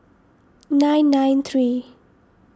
nine nine three